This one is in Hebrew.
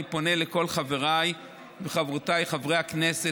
אני פונה לכל חבריי וחברותיי חברי הכנסת,